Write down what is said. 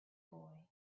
boy